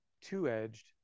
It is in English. two-edged